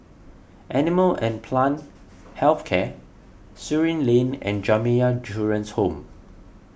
Animal and Plant Health Care Surin Lane and Jamiyah Children's Home